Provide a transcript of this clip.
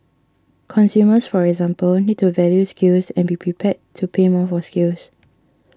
consumers for example need to value skills and be prepared to pay more for skills